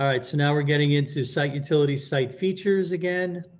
all right, so now we're getting into site utility, site features again,